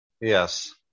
Yes